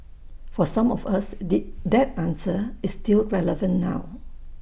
for some of us the that answer is still relevant now